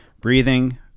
breathing